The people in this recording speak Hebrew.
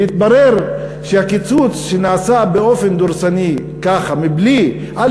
יתברר שהקיצוץ שנעשה באופן דורסני ככה, א.